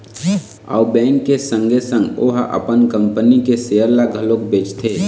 अउ बेंक के संगे संग ओहा अपन कंपनी के सेयर ल घलोक बेचथे